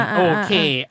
okay